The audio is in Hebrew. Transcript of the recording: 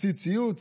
הוציא ציוץ?